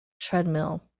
treadmill